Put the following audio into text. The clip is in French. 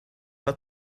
pas